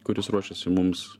kuris ruošiasi mums